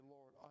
Lord